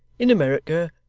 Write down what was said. in america,